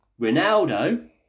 Ronaldo